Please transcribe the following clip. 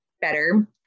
better